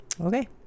okay